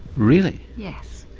really? yes,